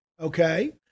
okay